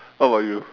what about you